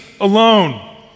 alone